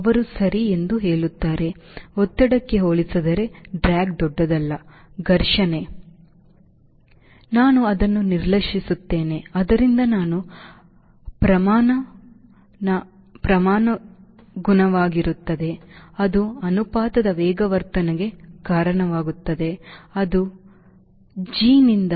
ಅವರು ಸರಿ ಎಂದು ಹೇಳುತ್ತಾರೆ ಒತ್ತಡಕ್ಕೆ ಹೋಲಿಸಿದರೆ ಡ್ರ್ಯಾಗ್ ದೊಡ್ಡದಲ್ಲ ಘರ್ಷಣೆ ಬಲ ಸರಿ ನಾನು ಅದನ್ನು ನಿರ್ಲಕ್ಷಿಸುತ್ತಿದ್ದೇನೆ ಆದ್ದರಿಂದ ಅದು ಪ್ರಮಾಣಾನುಗುಣವಾಗಿರುತ್ತದೆ ಅದು ಅನುಪಾತದ ವೇಗವರ್ಧನೆಗೆ ಕಾರಣವಾಗುತ್ತದೆ ಅದು ಗ್ರಾಂನಿಂದ